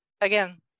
again